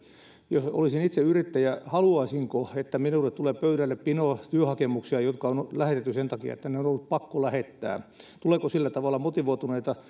jos olisin itse yrittäjä haluaisinko että minulle tulee pöydälle pino työhakemuksia jotka on lähetetty sen takia että ne on on ollut pakko lähettää tuleeko sillä tavalla motivoituneita